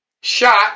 Shot